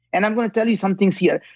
and i'm going to tell you some things here,